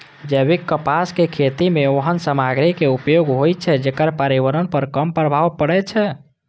जैविक कपासक खेती मे ओहन सामग्रीक उपयोग होइ छै, जेकर पर्यावरण पर कम प्रभाव पड़ै छै